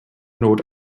not